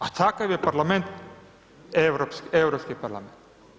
A takav je parlament Europski parlament.